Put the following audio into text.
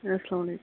اَسلامُ